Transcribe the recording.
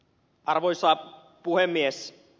arvoisa puhemies